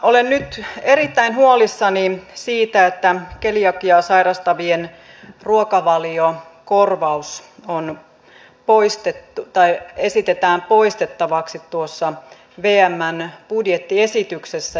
olen nyt erittäin huolissani siitä että keliakiaa sairastavien ruokavaliokorvaus esitetään poistettavaksi tuossa vmn budjettiesityksessä